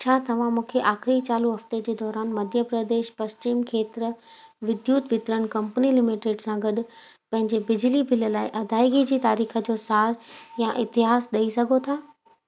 छा तव्हां मूंखे आख़िरी चालू हफ़्ते जे दौरान मध्य प्रदेश पश्चिम खेत्र विद्युत वितरण कम्पनी लिमिटेड सां गडु॒ पंहिंजे बिजली बिल लाइ अदायगी जी तारीख़ जो सार या इतिहासु ॾेई सघो था